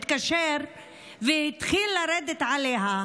התקשר והתחיל לרדת עליה.